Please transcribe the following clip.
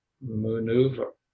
maneuver